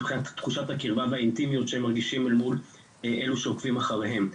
מבחינת תחושת הקרבה שהם מרגישים אל מול אלו שעוקבים אחריהם.